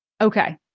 Okay